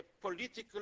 political